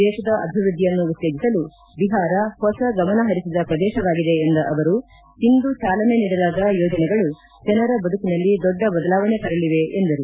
ದೇಶದ ಅಭಿವೃದ್ಧಿಯನ್ನು ಉತ್ತೇಜಿಸಲು ಬಿಹಾರ ಹೊಸ ಗಮನ ಹರಿಸಿದ ಪ್ರದೇಶವಾಗಿದೆ ಎಂದ ಅವರು ಇಂದು ಚಾಲನೆ ನೀಡಲಾದ ಯೋಜನೆಗಳು ಜನರ ಬದುಕಿನಲ್ಲಿ ದೊಡ್ಡ ಬದಲಾವಣೆ ತರಲಿವೆ ಎಂದರು